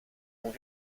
vont